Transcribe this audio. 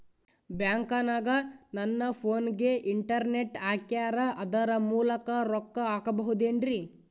ಬ್ಯಾಂಕನಗ ನನ್ನ ಫೋನಗೆ ಇಂಟರ್ನೆಟ್ ಹಾಕ್ಯಾರ ಅದರ ಮೂಲಕ ರೊಕ್ಕ ಹಾಕಬಹುದೇನ್ರಿ?